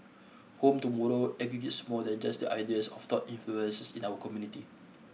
Home Tomorrow aggregates more than just the ideas of thought influences in our community